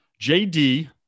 JD